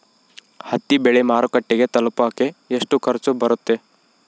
ಹತ್ತಿ ಬೆಳೆ ಮಾರುಕಟ್ಟೆಗೆ ತಲುಪಕೆ ಎಷ್ಟು ಖರ್ಚು ಬರುತ್ತೆ?